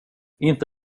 inte